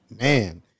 Man